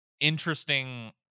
interesting